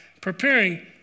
preparing